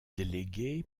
déléguée